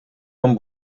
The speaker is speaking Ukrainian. вам